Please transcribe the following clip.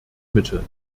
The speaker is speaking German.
mittel